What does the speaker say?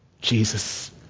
Jesus